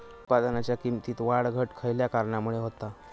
उत्पादनाच्या किमतीत वाढ घट खयल्या कारणामुळे होता?